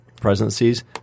presidencies